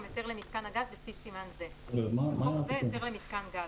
גם היתר למיתקן הגז לפי סימן זה (בחוק זה - היתר למיתקן גז),